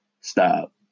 stop